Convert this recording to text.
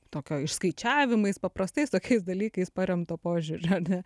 tokio išskaičiavimais paprastais tokiais dalykais paremto požiūrio ar ne